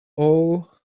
all